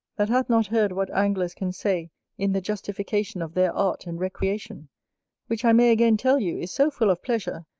that hath not heard what anglers can say in the justification of their art and recreation which i may again tell you, is so full of pleasure,